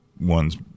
ones